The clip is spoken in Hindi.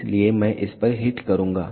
इसलिए मैं इस पर हिट करूंगा